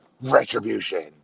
Retribution